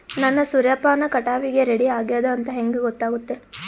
ನನ್ನ ಸೂರ್ಯಪಾನ ಕಟಾವಿಗೆ ರೆಡಿ ಆಗೇದ ಅಂತ ಹೆಂಗ ಗೊತ್ತಾಗುತ್ತೆ?